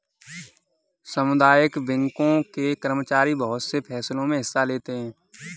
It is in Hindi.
सामुदायिक बैंकों के कर्मचारी बहुत से फैंसलों मे हिस्सा लेते हैं